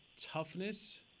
toughness